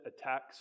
attacks